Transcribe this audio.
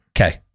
Okay